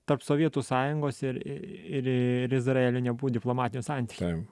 tarp sovietų sąjungos ir ir ir izraelio nebuvo diplomatinių santykių